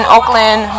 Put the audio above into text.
Oakland